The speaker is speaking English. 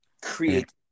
Create